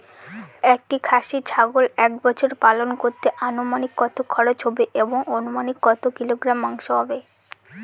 একটি খাসি ছাগল এক বছর পালন করতে অনুমানিক কত খরচ হবে এবং অনুমানিক কত কিলোগ্রাম মাংস হবে?